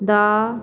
ਦਾ